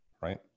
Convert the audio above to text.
Right